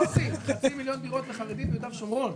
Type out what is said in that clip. מוסי, חצי מיליון דירות ביהודה ושומרון.